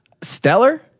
Stellar